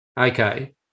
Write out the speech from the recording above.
Okay